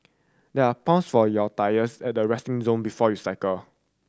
there are pumps for your tyres at the resting zone before you cycle